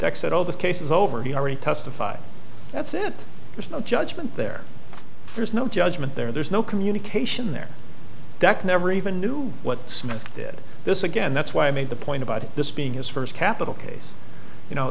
at all this case is over he already testified that's it there's no judgment there there's no judgment there there's no communication there deck never even knew what smith did this again that's why i made the point about this being his first capital case you know